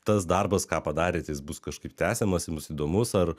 tas darbas ką padarėt jis bus kažkaip tęsiamas jums įdomus ar